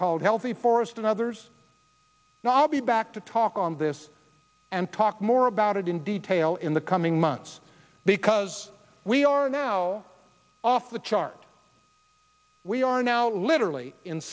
called healthy forest and others i'll be back to talk on this and talk more about it in detail in the coming months because we are now off the chart we are now literally in